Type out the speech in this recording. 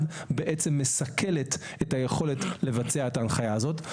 בעצם מסכלת את היכולת לבצע את ההנחיה הזאת.